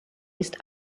ist